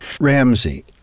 Ramsey